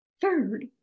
Third